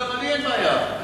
לי אין בעיה.